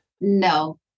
no